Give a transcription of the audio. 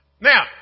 Now